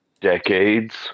decades